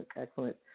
excellent